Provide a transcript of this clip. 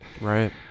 Right